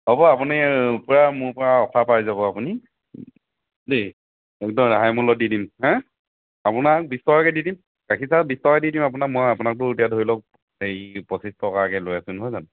হ'ব আপুনি পূৰা মোৰপৰা অ'ফাৰ পাই যাব আপুনি দেই একদম ৰেহাই মূল্যত দি দিম হে আপোনাক বিছ টকাকৈ দি দিম গাখীৰ চাহত বিছ টকা দি দিম আপোনাক মই আপোনাকতো এতিয়া ধৰি লওক হেৰি পঁচিছ টকাকৈ লৈ আছো নহয় জানো